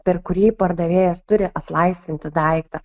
per kurį pardavėjas turi atlaisvinti daiktą